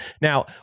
Now